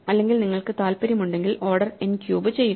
അല്ലെങ്കിൽ നിങ്ങൾക്ക് താൽപ്പര്യമുണ്ടെങ്കിൽ ഓർഡർ n ക്യൂബ് ചെയ്യുക